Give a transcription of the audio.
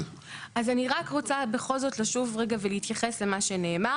אז אני רק רוצה בכל זאת לשוב רגע ולהתייחס למה שנאמר.